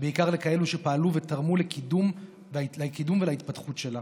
ובעיקר לכאלה שפעלו ותרמו לקידום ולהתפתחות שלה.